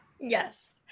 Yes